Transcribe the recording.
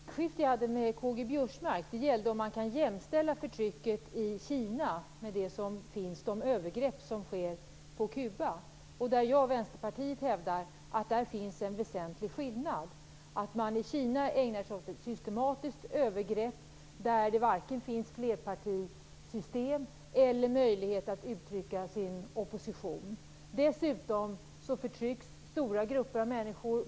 Fru talman! Det replikskifte som jag hade med K G Biörsmark gällde om man kan jämställa förtrycket i Kina med de övergrepp som sker på Kuba. Jag och Vänsterpartiet hävdar att det finns en väsentlig skillnad. I Kina ägnar man sig åt systematiska övergrepp. Det finns varken flerpartisystem eller möjlighet att uttrycka opposition. Dessutom förtrycks stora grupper av människor.